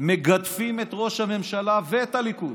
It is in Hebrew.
מגדפים את ראש הממשלה ואת הליכוד: